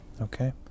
okay